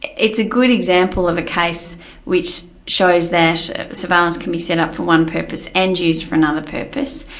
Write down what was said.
it's a good example of a case which shows that surveillance can be set up for one purpose, and used for another purpose,